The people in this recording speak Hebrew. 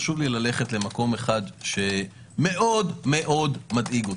חשוב לי ללכת למקום אחד שמאוד מאוד מדאיג אותי.